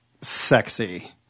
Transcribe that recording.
sexy